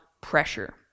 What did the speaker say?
pressure